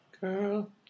Girl